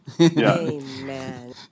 Amen